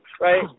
right